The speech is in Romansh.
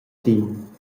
vin